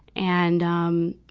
and, um,